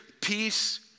peace